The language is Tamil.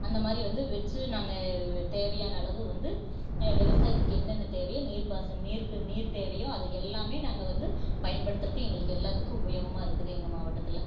அந்த மாதிரி வந்து வச்சு நாங்கள் தேவையான அளவு வந்து விவசாயத்துக்கு என்னென்ன தேவையோ நீர் பாசனம் நீர் தேவையோ அது எல்லாமே நாங்கள் வந்து பயன்படுத்துறதுக்கு எங்களுக்கு எல்லாத்துக்கும் உபயோகமாகருக்குது எங்கள் மாவட்டத்தில்